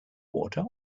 water